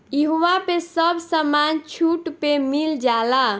इहवा पे सब समान छुट पे मिल जाला